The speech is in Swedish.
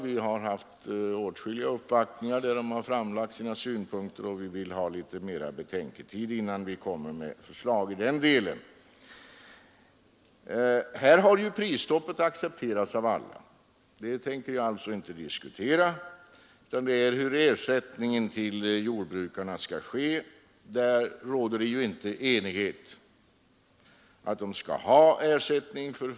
Vi har tagit emot åtskilliga uppvaktningar som framlagt sina synpunkter, och vi vill ha litet mera betänketid innan vi kommer med ett förslag i den delen. Prisstoppet har accepterats av alla här, så det tänker jag inte diskutera. Att jordbrukarna skall ha kompensation för att priserna inte får höjas är alla också överens om.